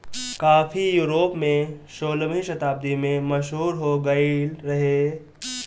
काफी यूरोप में सोलहवीं शताब्दी में मशहूर हो गईल रहे